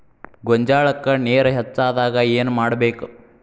ಗೊಂಜಾಳಕ್ಕ ನೇರ ಹೆಚ್ಚಾದಾಗ ಏನ್ ಮಾಡಬೇಕ್?